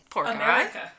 America